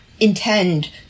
Intend